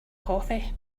coffee